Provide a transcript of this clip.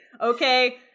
Okay